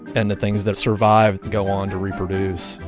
and the things that survive go on to reproduce.